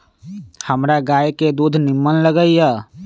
हमरा गाय के दूध निम्मन लगइय